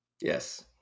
Yes